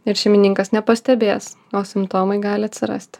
ir šeimininkas nepastebės o simptomai gali atsirasti